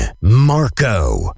Marco